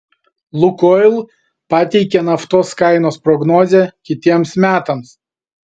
lukoil pateikė naftos kainos prognozę kitiems metams